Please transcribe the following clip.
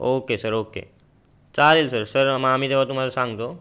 okay sir okay चालेल sir sir मग आम्ही जेव्हा तुम्हाला सांगतो